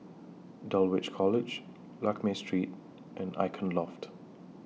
Dulwich College Lakme Street and Icon Loft